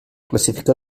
classifica